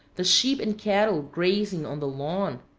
the sheep and cattle grazing on the lawn,